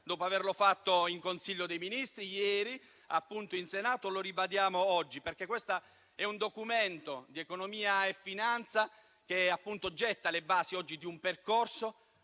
dopo averlo fatto in Consiglio dei ministri, lo abbiamo fatto ieri in Senato e lo ribadiamo oggi. Questo è un Documento di economia e finanza che getta le basi oggi di un percorso